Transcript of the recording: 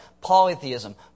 Polytheism